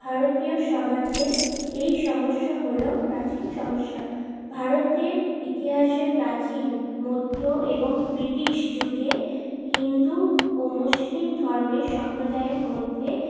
ভারতীয় সমাজে এই সমস্যা হলো প্রাচীন সমস্যা ভারতের ইতিহাসে প্রাচীন মধ্য এবং ব্রিটিশ যুগে হিন্দু ও মুসলিম ধর্মের সম্প্রদায়ের মধ্যে